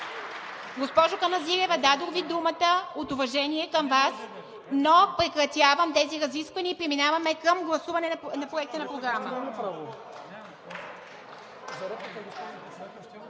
Госпожо Каназирева, дадох Ви думата от уважение към Вас, но прекратявам тези разисквания и преминаваме към гласуване на Проекта на програмата.